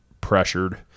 pressured